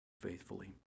faithfully